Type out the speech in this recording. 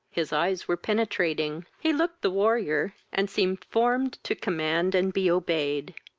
his eyes were penetrating he looked the warrior, and seemed formed to command and be obeyed.